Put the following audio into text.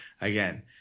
again